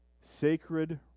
sacred